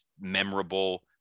memorable